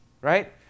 right